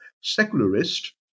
secularist